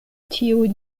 tiuj